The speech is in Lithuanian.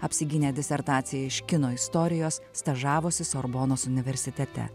apsigynė disertaciją iš kino istorijos stažavosi sorbonos universitete